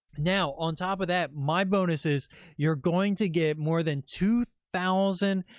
now on top of that, my bonus is you're going to get more than two thousand,